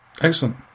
Excellent